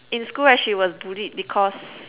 in school right she was bullied because